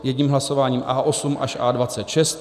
Jedním hlasováním A8 až A26.